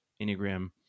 Enneagram